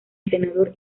senador